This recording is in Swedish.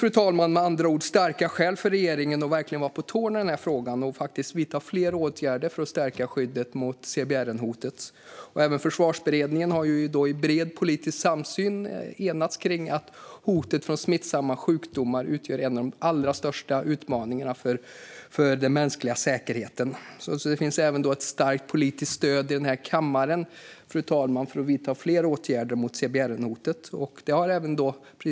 Det finns med andra ord starka skäl för regeringen att verkligen vara på tårna i den här frågan och vidta fler åtgärder för att stärka skyddet mot CBRN-hotet. Försvarsberedningen har i bred politisk samsyn enats om att hotet från smittsamma sjukdomar utgör en av de allra största utmaningarna för den mänskliga säkerheten. Det finns även ett starkt politiskt stöd i den här kammaren, fru talman, för att vidta fler åtgärder mot CBRN-hotet.